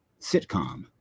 sitcom